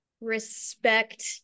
respect